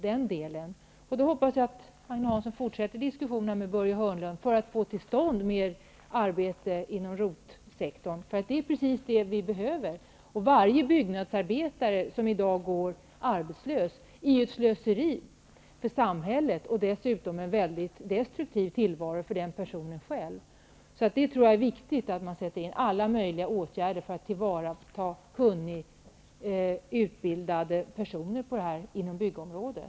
Jag hoppas att Agne Hansson fortsätter diskussionen med Börje Hörnlund för att få till stånd mer arbete inom ROT-sektorn. Det är precis det vi behöver. Varje byggnadsarbetare som i dag går arbetslös är ett slöseri för samhället. Dessutom innebär det ju en destruktiv tillvaro. Jag tror att det är viktigt att man sätter in alla åtgärder för att tillvarata kunniga utbildade personer inom byggområdet.